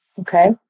Okay